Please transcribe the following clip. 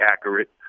accurate